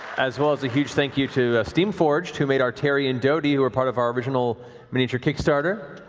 as well as a huge thank you to steamforged, who made our tary and doty, who are part of our original miniature kickstarter.